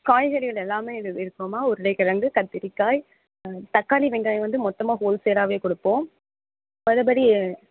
காய்கறிகள் எல்லாமே இதில் இருக்குதுமா உருளைக்கிழங்கு கத்திரிக்காய் தக்காளி வெங்காயம் வந்து மொத்தமாக ஹோல் சேல்லாகவே கொடுப்போம் மற்றபடி